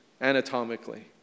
anatomically